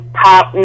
top